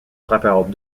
frappèrent